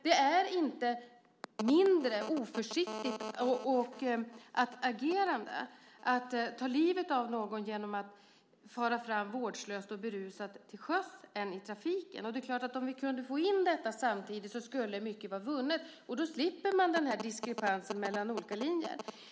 Det är inte ett mindre oförsiktigt agerande att ta livet av någon genom att fara fram vårdslöst och berusat till sjöss än i vägtrafiken. Det är klart att mycket skulle vara vunnet om vi kunde få in även detta i lagändringen, så att man slipper denna diskrepans mellan olika linjer.